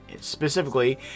specifically